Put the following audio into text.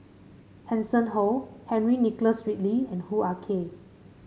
Hanson Ho Henry Nicholas Ridley and Hoo Ah Kay